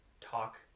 talk